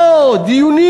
לא, דיונים.